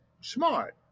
smart